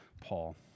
Paul